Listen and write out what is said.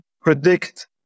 predict